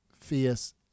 Fierce